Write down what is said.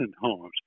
homes